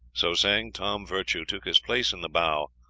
so saying, tom virtue took his place in the bow,